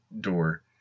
door